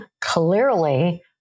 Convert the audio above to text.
clearly